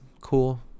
cool